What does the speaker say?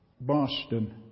Boston